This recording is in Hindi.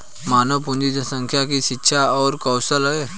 मानव पूंजी जनसंख्या की शिक्षा और कौशल है